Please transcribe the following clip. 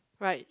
right